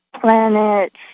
planets